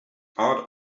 out